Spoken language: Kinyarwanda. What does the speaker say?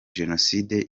jenoside